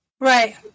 Right